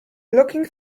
looking